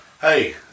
hey